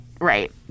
right